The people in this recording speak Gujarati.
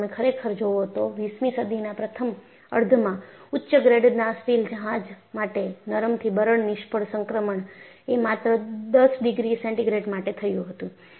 જો તમે ખરેખર જોવો તો 20મી સદીના પ્રથમ અર્ધમાં ઉચ્ચ ગ્રેડના સ્ટીલ જહાજ માટે નરમ થી બરડ નિષ્ફળ સંક્રમણ એ માત્ર 10 ડિગ્રી સેન્ટિગ્રેડ માટે થયું હતું